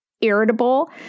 irritable